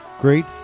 great